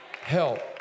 help